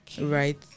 Right